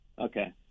Okay